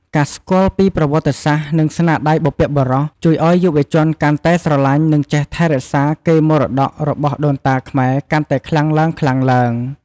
ការស្គាល់ពីប្រវត្តិសាស្ត្រ និងស្នាដៃបុព្វបុរស ជួយឲ្យយុវជនកាន់តែស្រឡាញ់ និងចេះថែរក្សាកេរមរតករបស់ដូនតាខ្មែរកាន់តែខ្លាំងឡើងៗ។